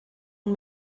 und